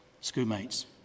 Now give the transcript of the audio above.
schoolmates